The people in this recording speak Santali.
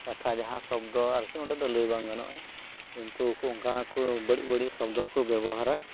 ᱠᱟᱛᱷᱟ ᱡᱟᱦᱟᱸ ᱥᱚᱵᱽᱫᱚ ᱟᱨᱠᱤ ᱚᱸᱰᱮ ᱫᱚ ᱞᱟᱹᱭ ᱵᱟᱝ ᱜᱟᱱᱚᱜᱼᱟ ᱠᱤᱱᱛᱩ ᱚᱝᱠᱟᱱᱟᱜ ᱠᱚ ᱵᱟᱲᱤᱡ ᱵᱟᱲᱤᱡ ᱥᱚᱵᱽᱫᱚ ᱠᱚ ᱵᱮᱵᱚᱦᱟᱨᱟ